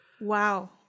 Wow